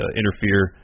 interfere